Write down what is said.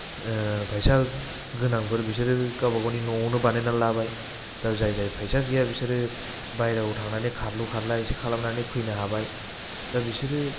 फैसा गोनांफोर बिसोरो गावबा गावनि न'आवनो बानायनानै लाबाय दा जाय जाय फैसा गैया बिसोरो बाहेरायाव थांनानै खारलु खारला इसे खालामनानै फैनो हाबाय दा बिसोरो